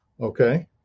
Okay